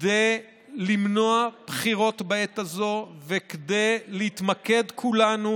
כדי למנוע בחירות בעת הזו וכדי להתמקד כולנו